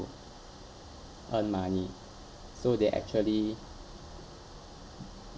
earn money so they actually